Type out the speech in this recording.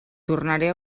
tornaré